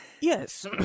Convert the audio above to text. Yes